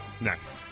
Next